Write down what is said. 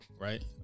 right